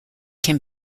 can